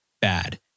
Bad